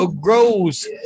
Grows